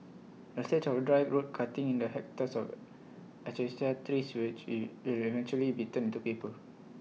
A stretch of dry road cutting in the hectares of Acacia trees which will will eventually be turned to paper